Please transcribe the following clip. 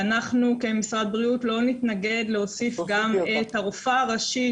ואנחנו כמשרד הבריאות לא נתנגד להוסיף גם את הרופאה הראשית